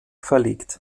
verlegt